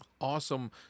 awesome